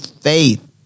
faith